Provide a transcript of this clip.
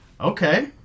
Okay